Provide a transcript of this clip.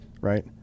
right